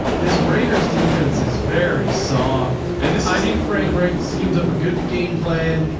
this raiders defense is very soft and this, i think frank raked schemes up a good game plan.